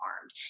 armed